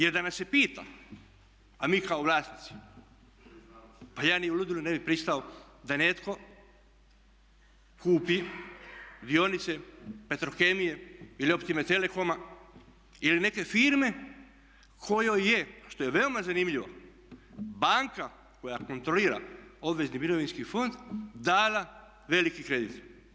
Jer da nas se pita, a mi kao vlasnici, pa ja ni u ludilu ne bih pristao da netko kupi dionice Petrokemije ili Optime telecoma ili neke firme kojoj je, što je veoma zanimljivo, banka koja kontrolira obvezni mirovinski fond dala veliki kredit.